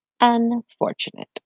Unfortunate